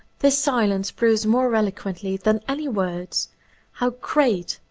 this silence proves more elo quently than any words how great,